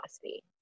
philosophy